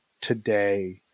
today